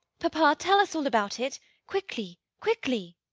papa, tell us all about it quickly quickly.